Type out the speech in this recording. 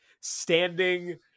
standing